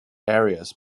areas